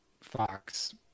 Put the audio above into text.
fox